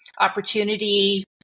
opportunity